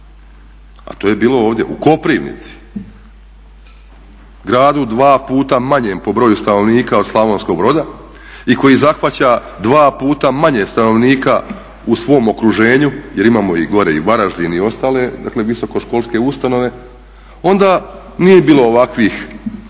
a to je bilo ovdje, u Koprivnici, gradu dva puta manjem po broju stanovnika od Slavonskog Broda i koji zahvaća dva puta manje stanovnika u svom okruženju jer imamo gore i Varaždin i ostale visokoškolske ustanove, onda nije bilo ovakvih ja bih